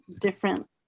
different